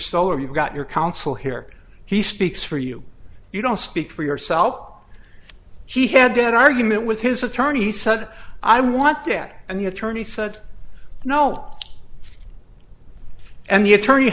stoller you've got your counsel here he speaks for you you don't speak for yourself up she had an argument with his attorney he said i want that and the attorney said no and the attorney